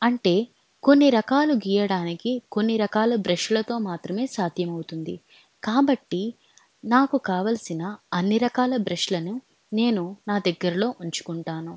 అంటే కొన్ని రకాలు గీయడానికి కొన్ని రకాల బ్రష్లతో మాత్రమే సా ధ్యం అవుతుంది కాబట్టి నాకు కావల్సిన అన్ని రకాల బ్రష్లను నేను నా దగ్గరలో ఉంచుకుంటాను